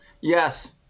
Yes